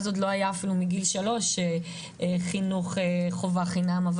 אז עוד לא היה אפילו מגיל 3 חינוך חובה חינם,